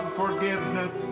forgiveness